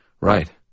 right